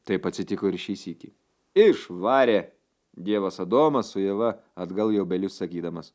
taip atsitiko ir šį sykį išvarė dievas adomą su ieva atgal į obelius sakydamas